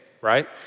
right